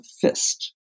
fist